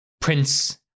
Prince